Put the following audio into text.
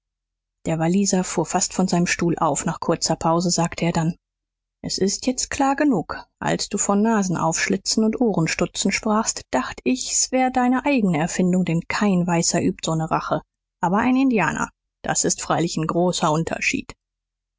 der walliser fuhr fast von seinem stuhl auf nach kurzer pause sagte er dann s ist jetzt klar genug als du von nasenaufschlitzen und ohrenstutzen sprachst dacht ich s wär deine eigene erfindung denn kein weißer übt so ne rache aber ein indianer das ist freilich n großer unterschied